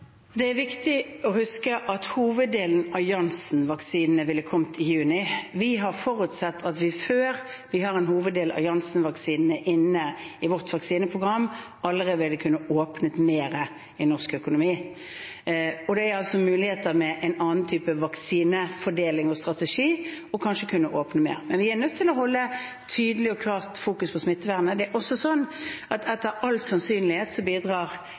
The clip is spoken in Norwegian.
Det er viktig å huske at hoveddelen av Janssen-vaksinen ville ha kommet i juni. Vi har forutsett at før vi hadde en hovedandel av Janssen-vaksinen inne i vårt vaksineprogram, ville vi allerede kunnet åpne mer i norsk økonomi. Det er altså med en annen type vaksinefordeling og -strategi kanskje muligheter for å kunne åpne mer. Men vi er nødt til å fokusere tydelig og klart på smittevernet. Det er også sånn at etter all sannsynlighet bidrar